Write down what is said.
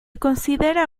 considera